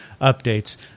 updates